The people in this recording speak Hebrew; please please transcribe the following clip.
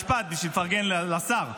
משפט, בשביל לפרגן לשר.